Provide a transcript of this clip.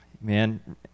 Man